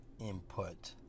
input